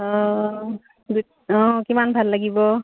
অঁ অঁ কিমান ভাল লাগিব